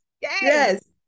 Yes